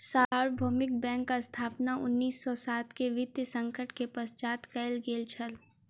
सार्वभौमिक बैंकक स्थापना उन्नीस सौ सात के वित्तीय संकट के पश्चात कयल गेल छल